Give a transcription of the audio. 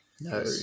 no